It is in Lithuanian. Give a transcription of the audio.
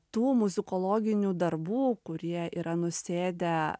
tų muzikologinių darbų kurie yra nusėdę